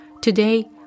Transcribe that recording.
Today